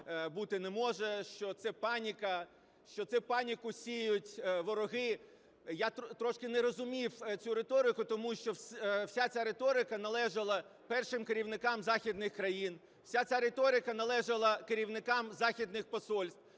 що це паніка, що цю паніку сіють вороги. Я трішки не розумів цю риторику, тому що вся ця риторика належала першим керівникам західних країн, вся ця риторика належала керівникам західних посольств,